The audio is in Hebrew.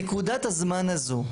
נקודת הזמן הזו,